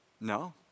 No